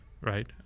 right